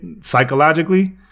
psychologically